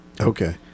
Okay